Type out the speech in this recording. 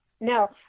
No